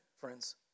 friends